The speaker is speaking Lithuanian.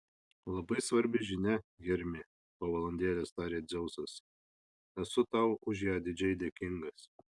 labai svarbi žinia hermi po valandėlės tarė dzeusas esu tau už ją didžiai dėkingas